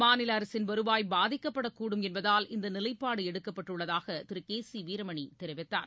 மாநிலஅரசின் வருவாய் பாதிக்கப்படக்கூடும் என்பதால் இந்தநிலைப்பாடுஎடுக்கப்பட்டுள்ளதாகதிரு கேசிவீரமணிதெரிவித்தார்